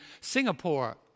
Singapore